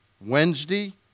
Wednesday